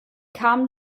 kam